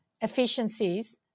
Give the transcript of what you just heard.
efficiencies